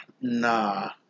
Nah